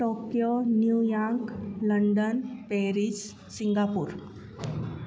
Tokyo New York London Paris Singapore